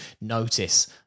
notice